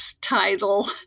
title